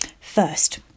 First